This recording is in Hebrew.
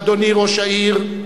אדוני ראש העיר,